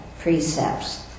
precepts